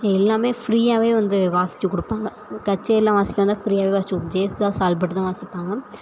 எல்லாமே ஃப்ரீயாகவே வந்து வாசித்து கொடுப்பாங்க கச்சேரிலாம் வாசிக்க வந்தால் ஃப்ரீயாகவே வாசித்து கொடு ஜேசுதாஸ் ஆல்பட்டு தான் வாசிப்பாங்க